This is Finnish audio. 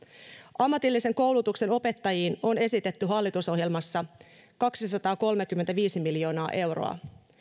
ammatillisen koulutuksen opettajiin on esitetty hallitusohjelmassa kaksisataakolmekymmentäviisi miljoonaa euroa